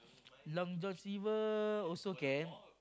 Long-John-Silver also can